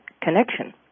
connection